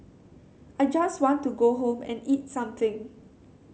I just want to go home and eat something